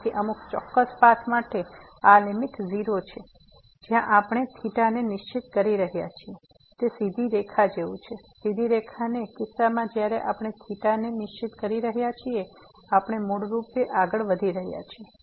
તેથી અમુક ચોક્કસ પાથ માં આ લીમીટ 0 છે જ્યાં આપણે θ ને નિશ્ચિત કરી રહ્યા છીએ તે સીધી રેખા જેવું છે સીધી રેખાના કિસ્સામાં જયારે આપણે θ ને નિશ્ચિત કરી રહ્યા છીએ આપણે મૂળરૂપે આગળ વધી રહ્યા છીએ